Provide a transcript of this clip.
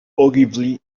ogilvy